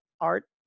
art